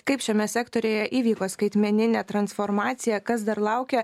kaip šiame sektoriuje įvyko skaitmeninė transformacija kas dar laukia